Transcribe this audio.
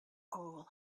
oral